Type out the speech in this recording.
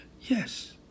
Yes